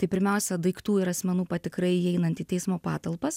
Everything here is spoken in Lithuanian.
tai pirmiausia daiktų ir asmenų patikra įeinant į teismo patalpas